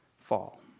fall